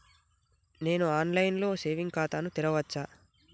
నేను online లో saving ఖాతా ను తెరవచ్చా?